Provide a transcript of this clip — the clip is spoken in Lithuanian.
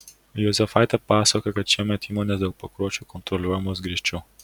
juozefaitė pasakoja kad šiemet įmonės dėl pakuočių kontroliuojamos griežčiau